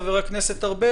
חבר הכנסת ארבל,